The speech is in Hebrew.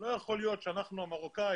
מה שכן חשוב, ברשותך, מר ביטן,